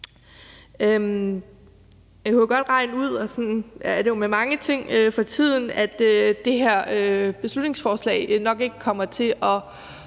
Jeg kan jo godt regne ud, for sådan er det jo med mange ting for tiden, at det her beslutningsforslag nok ikke kommer til at